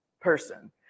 person